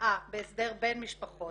הושאה בהסדר בין משפחות